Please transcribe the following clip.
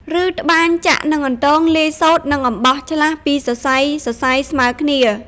ឬត្បាញចាក់និងអន្ទងលាយសូត្រនិងអំបោះឆ្លាស់ពីរសរសៃៗស្មើគ្នា។